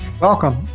welcome